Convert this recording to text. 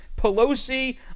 Pelosi